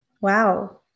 Wow